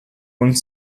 und